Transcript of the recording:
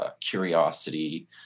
curiosity